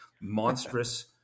monstrous